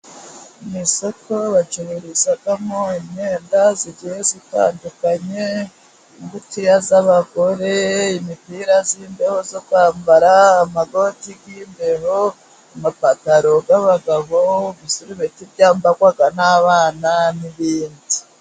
Mu isoko bacururizamo imyenda igiye itandukanye, ingutiya z'abagore, imipira y'imbeho zo kwambara, amakoti y'imbeho, amapantaro y'abagabo, ibisubeti byambarwa n'abana n'ibiindi.